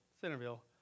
Centerville